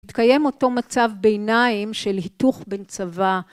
תקיים אותו מצב בעיניים של היתוך בין צבא.